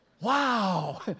Wow